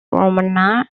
ramona